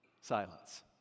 silence